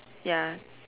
ya